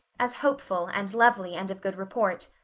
as hopeful and lovely and of good report.